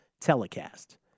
telecast